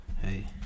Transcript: hey